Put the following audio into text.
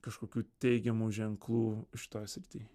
kažkokių teigiamų ženklų šitoj srity